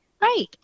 Right